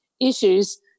issues